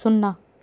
సున్నా